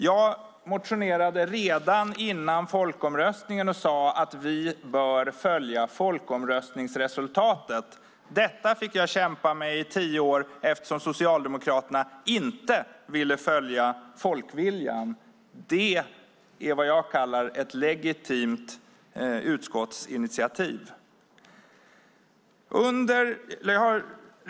Jag motionerade redan före folkomröstningen om detta och sade att vi bör följa folkomröstningsresultatet. Detta fick jag kämpa för i tio år eftersom Socialdemokraterna inte ville följa folkviljan. Det kallar jag ett legitimt utskottsinitiativ.